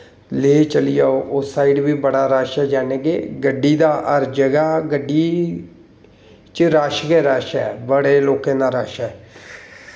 सो चली जाओ उस साइड़ बी बड़ा रश ऐ जानि के गड्डी दा हर जगह गड्डी च रश गै रश ऐ बड़े लोकें दा रश ऐ